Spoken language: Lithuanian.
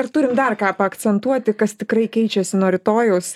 ar turim dar ką paakcentuoti kas tikrai keičiasi nuo rytojaus